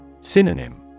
Synonym